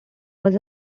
was